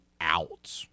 out